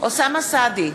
אוסאמה סעדי,